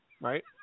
Right